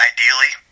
Ideally